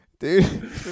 Dude